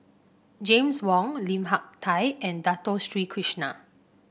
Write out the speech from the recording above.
James Wong Lim Hak Tai and Dato Sri Krishna